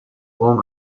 form